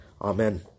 Amen